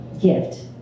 gift